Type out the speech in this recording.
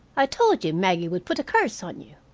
i told you maggie would put a curse on you.